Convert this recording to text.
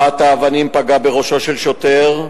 אחת האבנים פגעה בראשו של שוטר,